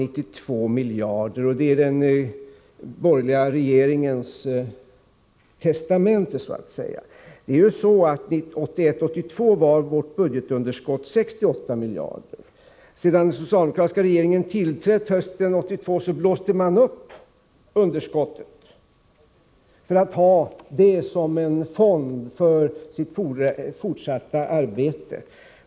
Det skulle enligt finansministern vara den borgerliga regeringens testamente. 1981/82 var vårt budgetunderskott 68 miljarder. Sedan den socialdemokratiska regeringen tillträtt hösten 1982 blåste den upp underskottet för att ha det som en bakgrund för sitt fortsatta arbete.